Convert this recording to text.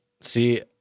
See